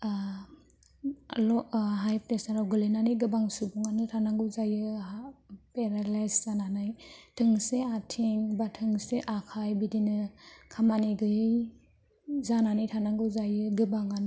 ल' high pressure आव गोलैनानै गोबां सुबुङानो गोलैनानै थानांगौ जायो पेरालाइस जानानै थोंसे आथिं बा थोंसे आखाइ बिदिनो खामानि गैयै जानानै थानांगौ जायो गोबाङानो